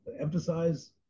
emphasize